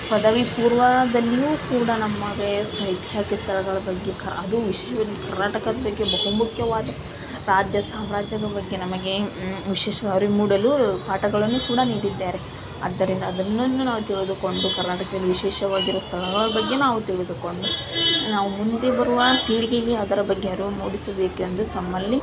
ಪದವಿಪೂರ್ವದಲ್ಲಿಯೂ ಕೂಡ ನಮಗೆ ಐತಿಹಾಸಿಕ ಸ್ಥಳಗಳ ಬಗ್ಗೆ ಅದು ವಿಶೇಷವಾಗಿ ಕರ್ನಾಟಕದ ಬಗ್ಗೆ ಬಹುಮುಖ್ಯವಾದ ರಾಜ್ಯ ಸಾಮ್ರಾಜ್ಯದ ಬಗ್ಗೆ ನಮಗೆ ವಿಶೇಷ ಅರಿವು ಮೂಡಲು ಪಾಠಗಳನ್ನೂ ಕೂಡ ನೀಡಿದ್ದಾರೆ ಆದ್ದರಿಂದ ಅದೊಂದನ್ನು ನಾವು ತಿಳಿದುಕೊಂಡು ಕರ್ನಾಟಕದಲ್ಲಿ ವಿಶೇಷವಾಗಿರುವ ಸ್ಥಳಗಳ ಬಗ್ಗೆ ನಾವು ತಿಳಿದುಕೊಂಡು ನಾವು ಮುಂದೆ ಬರುವ ಪೀಳಿಗೆಗೆ ಅದರ ಬಗ್ಗೆ ಅರಿವು ಮೂಡಿಸಬೇಕೆಂದು ತಮ್ಮಲ್ಲಿ